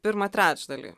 pirmą trečdalį